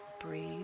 Breathe